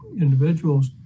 individuals